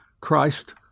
Christ